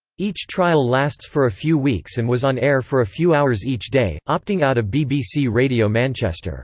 each trial lasts for a few weeks and was on air for a few hours each day, opting out of bbc radio manchester.